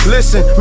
Listen